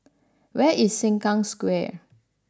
where is Sengkang Square